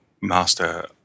master